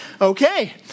Okay